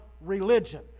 religion